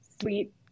sweet